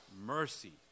mercy